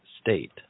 state